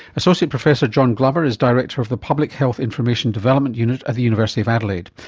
associate professor john glover is director of the public health information development unit at the university of adelaide.